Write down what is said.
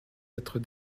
être